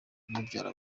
umubyara